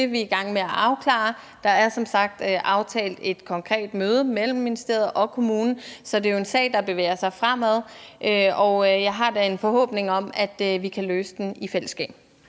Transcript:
det, vi er i gang med at afklare. Der er som sagt aftalt et konkret møde mellem ministeriet og kommunen, så det er jo en sag, der bevæger sig fremad, og jeg har da en forhåbning om, at vi kan løse den i fællesskab.